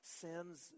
sins